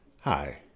Hi